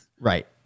Right